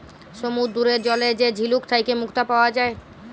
সমুদ্দুরের জলে যে ঝিলুক থ্যাইকে মুক্তা পাউয়া যায়